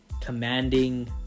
commanding